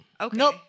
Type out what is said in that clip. Okay